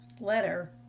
letter